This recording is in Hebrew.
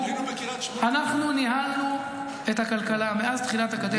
אנחנו ניהלנו את הכלכלה מאז תחילת הקדנציה,